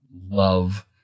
love